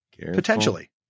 potentially